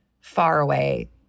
faraway